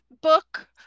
book